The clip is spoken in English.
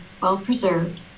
well-preserved